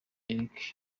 eric